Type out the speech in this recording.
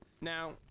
Now